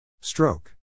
Stroke